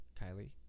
kylie